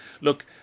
Look